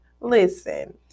listen